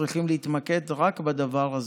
שמחברים את הרשות המקומית אל פיקוד העורף,